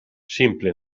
simple